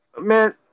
man